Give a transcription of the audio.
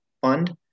fund